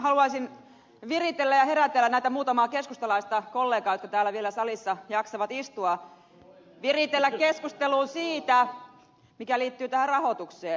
haluaisin viritellä ja herätellä näitä muutamaa keskustalaista kollegaa jotka täällä vielä salissa jaksavat istua viritellä keskustelua siitä mikä liittyy tähän rahoitukseen